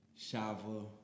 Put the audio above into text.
Shava